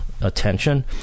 attention